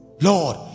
Lord